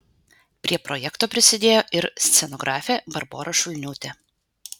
prie projekto prisidėjo ir scenografė barbora šulniūtė